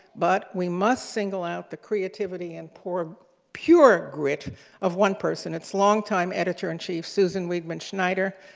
but we must single out the creativity and pure pure grit of one person it's long-time editor-in-chief, susan weidman schneider.